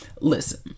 listen